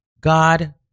God